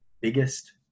biggest